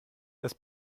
das